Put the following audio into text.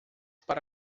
para